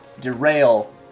derail